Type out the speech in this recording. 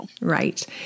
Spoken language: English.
Right